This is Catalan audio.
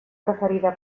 preferida